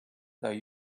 though